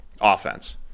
offense